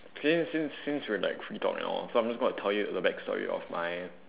since since since we like we talk and all I'm going to tell you the back story of my